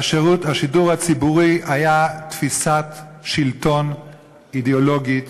שירות השידור הציבורי היה תפיסת שלטון אידיאולוגית,